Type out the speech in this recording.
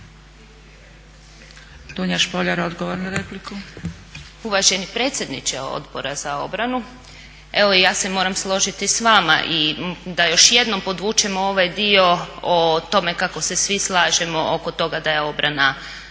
**Špoljar, Dunja (SDP)** Uvaženi predsjedniče Odbora za obranu, evo ja se moram složiti s vama i da još jednom podvučemo ovaj dio o tome kako se svi slažemo oko toga da je obrana